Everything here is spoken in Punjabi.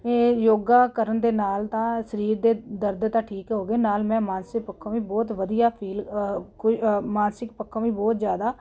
ਇਹ ਯੋਗਾ ਕਰਨ ਦੇ ਨਾਲ ਤਾਂ ਸਰੀਰ ਦੇ ਦਰਦ ਤਾਂ ਠੀਕ ਹੋ ਗਏ ਨਾਲ ਮੈਂ ਮਾਨਸਿਕ ਪੱਖੋਂ ਵੀ ਬਹੁਤ ਵਧੀਆ ਫੀਲ ਮਾਨਸਿਕ ਪੱਖੋਂ ਵੀ ਬਹੁਤ ਜ਼ਿਆਦਾ